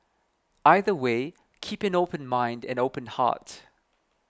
either way keep an open mind and open heart